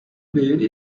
değeri